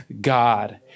God